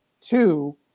Two